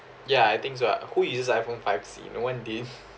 ya I think so who uses iphone five C no one did